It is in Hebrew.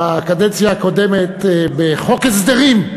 בקדנציה הקודמת, בחוק ההסדרים,